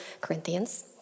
Corinthians